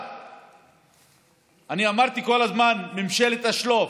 1. אני אמרתי כל הזמן: ממשלת השלוף,